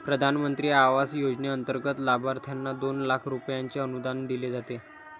प्रधानमंत्री आवास योजनेंतर्गत लाभार्थ्यांना दोन लाख रुपयांचे अनुदान दिले जाते